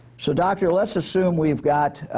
so doctors, let's assume we've got